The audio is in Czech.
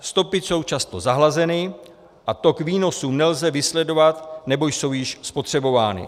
Stopy jsou často zahlazeny a tok výnosů nelze vysledovat nebo jsou již spotřebovány.